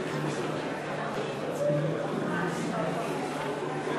חברי הכנסת, להזכירכם,